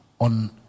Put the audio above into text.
on